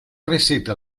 receta